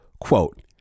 Quote